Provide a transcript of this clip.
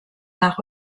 nach